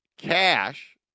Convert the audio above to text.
cash